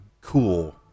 cool